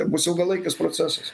bus ilgalaikis procesas